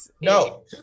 No